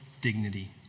dignity